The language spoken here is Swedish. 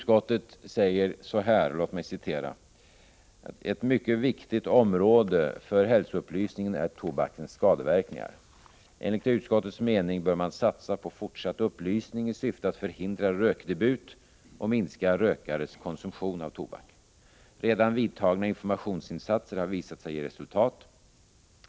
Så här skriver utskottet: ”Ett mycket viktigt område för hälsoupplysningen är tobakens skadeverkningar. Enligt utskottets mening bör man satsa på fortsatt upplysning i syfte att förhindra rökdebut och minska rökares konsumtion av tobak. Redan vidtagna informationsinsatser har visat sig ge resultat.